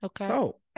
Okay